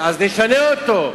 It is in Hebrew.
אז נשנה אותו.